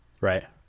right